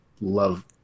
love